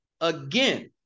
again